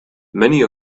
many